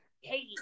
hey